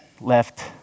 left